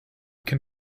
can